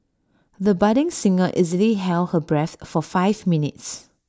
the budding singer easily held her breath for five minutes